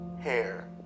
hair